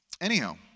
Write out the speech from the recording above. anyhow